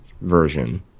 version